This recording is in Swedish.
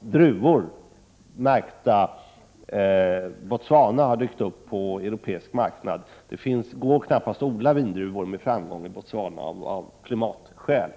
druvor märkta Botswana dykt upp på europeisk marknad. Det går knappast att odla vindruvor med framgång i Botswana av klimatskäl.